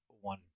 one